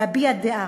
להביע דעה.